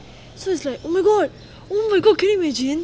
so is like oh my god oh my god can you imagine